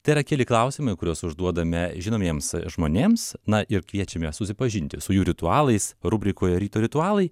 tai yra keli klausimai kuriuos užduodame žinomiems žmonėms na ir kviečiame susipažinti su jų ritualais rubrikoje ryto ritualai